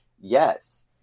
yes